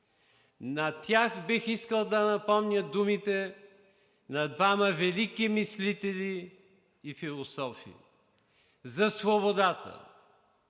На тях бих искал да напомня думите на двама велики мислители и философи. За свободата